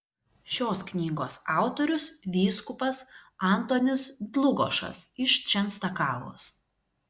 šios knygos autorius vyskupas antonis dlugošas iš čenstakavos